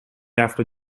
after